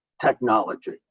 technology